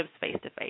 face-to-face